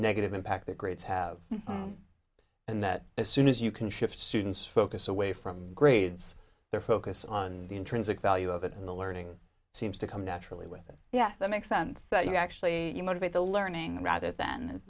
negative impact that grades have and that as soon as you can shift students focus away from grades their focus on the intrinsic value of it and the learning seems to come naturally with it yeah that makes sense that you actually you motivate the learning rather than